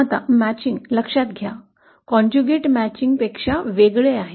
आता जुळवणी लक्षात घ्या संज्जनी जुळवणी कन्जुगेट मॅचिंग पेक्षा वेगळे आहे